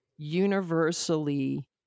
Universally